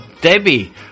Debbie